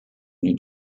new